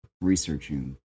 researching